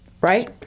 right